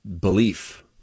belief